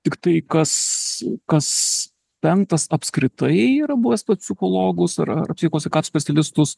tiktai kas kas penktas apskritai yra buvęs pas psichologus ar ar psichosveikatos specialistus